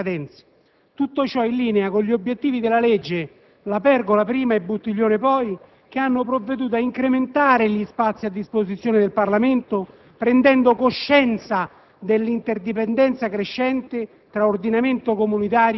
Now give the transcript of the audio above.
valorizzando il ruolo del Parlamento rispetto ad importanti scadenze; tutto ciò in linea con gli obiettivi della legge La Pergola prima e Buttiglione poi, che hanno provveduto ad incrementare gli spazi a disposizione del Parlamento, prendendo coscienza